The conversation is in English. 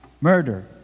murder